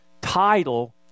title